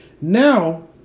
Now